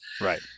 Right